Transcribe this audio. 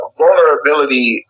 vulnerability